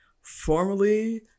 formerly